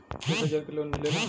एक हजार के लोन मिलेला?